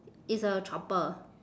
it's a chopper